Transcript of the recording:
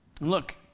Look